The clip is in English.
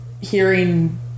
hearing